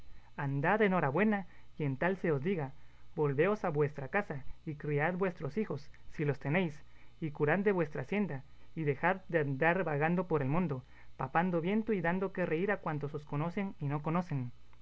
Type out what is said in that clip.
hora buena y en tal se os diga volveos a vuestra casa y criad vuestros hijos si los tenéis y curad de vuestra hacienda y dejad de andar vagando por el mundo papando viento y dando que reír a cuantos os conocen y no conocen